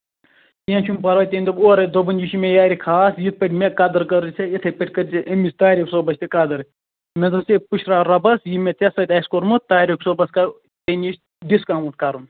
کیٚنٛہہ چھُنہٕ پَرواے تٔمۍ دوٚپ اورَے دوٚپُن یہِ چھُ مےٚ یارِ خاص یِتھٕ پٲٹھۍ مےٚ قدٕر کٔرٕنۍ یِتھٕے پٲٹھۍ کٔرۍزِ أمِس تاریک صٲبَس تہِ قدٕر مےٚ دۄپ تمٔۍ پٔشراو رۄبَس یہِ مےٚ ژٕ سۭتۍ آسہِ کوٚرمُت تاریک صٲبَس کرو اَمہِ نِش ڈِسکَوُنٛٹ کَرُن